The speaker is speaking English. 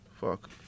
Fuck